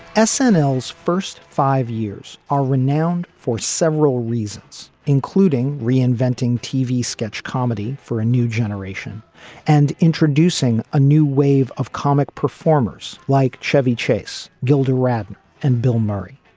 essentials first five years are renowned for several reasons, including reinventing tv sketch comedy for a new generation and introducing a new wave of comic performers like chevy chase, gilda radner and bill murray.